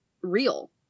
real